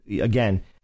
again